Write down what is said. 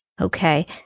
Okay